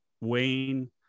Wayne